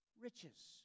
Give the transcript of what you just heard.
Riches